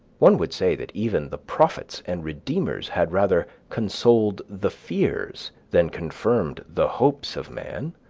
one would say that even the prophets and redeemers had rather consoled the fears than confirmed the hopes of man.